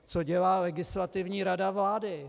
Co dělá Legislativní rada vlády?